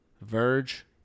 Verge